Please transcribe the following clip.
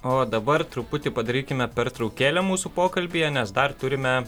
o dabar truputį padarykime pertraukėlę mūsų pokalbyje nes dar turime